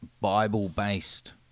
Bible-based